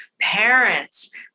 parents